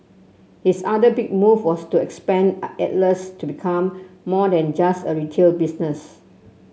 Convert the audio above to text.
his other big move was to expand Atlas to become more than just a retail business